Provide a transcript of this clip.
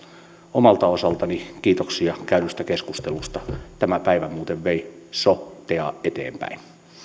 omalta osaltani kiitoksia käydystä keskustelusta tämä päivä muuten vei so tea eteenpäin